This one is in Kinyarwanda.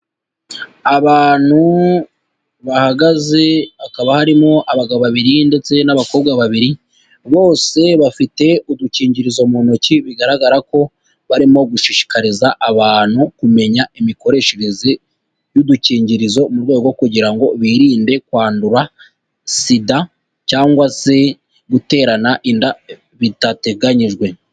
Abantu bahagaze hakaba harimo abagabo babiri ndetse n'abakobwa babiri, bose bafite udukingirizo mu ntoki bigaragara ko barimo gushishikariza abantu kumenya imikoreshereze y'udukingirizo mu rwego kugira ngo birinde kwandura Sida cyangwa se guterana inda bitateganyijwe.